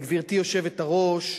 גברתי היושבת-ראש,